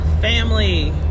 Family